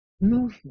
movement